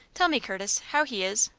tell me, curtis, how he is.